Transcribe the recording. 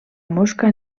mosca